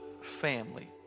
family